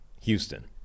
Houston